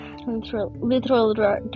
Literal